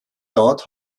dauert